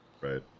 right